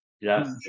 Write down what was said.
Yes